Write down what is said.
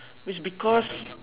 which because